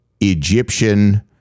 Egyptian